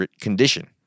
condition